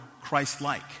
Christ-like